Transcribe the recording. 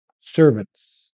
servants